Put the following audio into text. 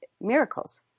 miracles